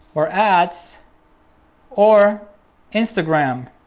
or ads or instagram